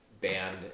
band